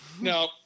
no